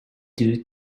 due